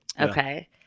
Okay